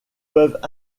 peuvent